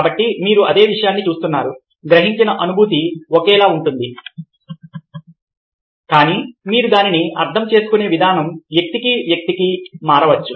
కాబట్టి మీరు అదే విషయాన్ని చూస్తున్నారు గ్రహించిన అనుభూతి ఒకేలా ఉంటుంది కానీ మీరు దానిని అర్థం చేసుకునే విధానం వ్యక్తికి వ్యక్తికి మారవచ్చు